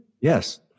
Yes